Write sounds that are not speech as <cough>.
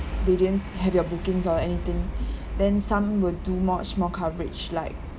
they didn't have you bookings or anything <breath> then some will do much more coverage like